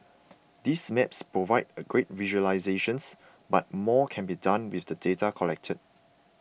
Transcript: these maps provide a great visualisations but more can be done with the data collected